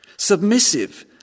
Submissive